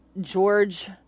George